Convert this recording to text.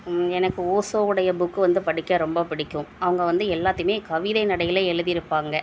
எனக்கு ஓசோவுடைய புக் வந்து படிக்க ரொம்ப பிடிக்கும் அவங்க வந்து எல்லாத்தையும் கவிதை நடையில் எழுதிருப்பாங்க